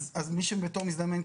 אז מי שבתור מזדמן,